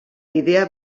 idea